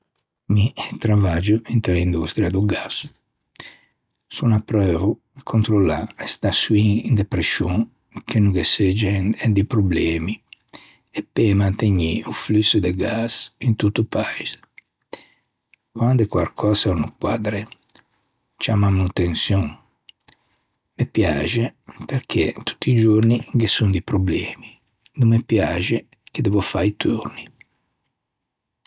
Mi tndustria do travaggio inte l'industria do gazzo. Son apreuo a controllâ e staçioin de prescion che no ghe segge di problemi e mantegnî o flusso do gas in tutto o paise. Quande quarcösa o no quaddre ciamman a manutençion. Me piaxe perché tutti i giorni ghe son di problemi. No pe piaxe che devo fâ i turni.